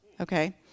okay